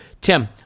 Tim